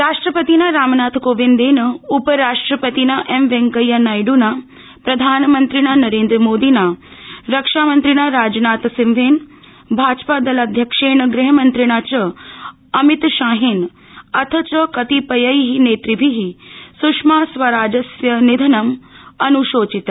राष्ट्रपतिना रामनाथ कोविन्देन उपराष्ट्रपतिना एम वेंकैया नायड्ना प्रधानमन्त्रिणा नरेन्द्रमोदिना रक्षामन्त्रिणा राजनाथ सिंहेन भाजपाध्यक्षेण ग़हमन्त्रिणा च अमितशाहेन अथ च कतिपयैः नेतृभिः स्षमा स्वराजस्य निधनम् अन्शोचितम्